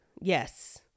Yes